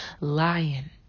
lion